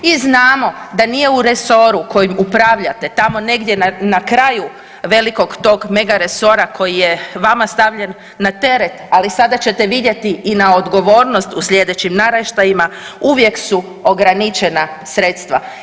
I znamo da nije u resoru kojim upravljate tamo negdje na kraju velikog tog megaresora koji je vama stavljen na teret, ali sada ćete vidjeti i na odgovornost u sljedećim naraštajima uvijek su ograničena sredstva.